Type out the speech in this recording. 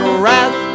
wrath